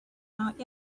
out